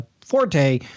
forte